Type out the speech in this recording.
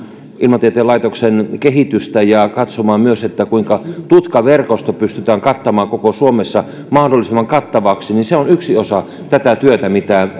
ilmatieteen laitoksen kehitystä ja katsomaan myös kuinka tutkaverkosto pystytään kattamaan koko suomessa mahdollisimman kattavaksi niin se on yksi osa tätä työtä mitä